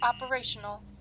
operational